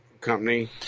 company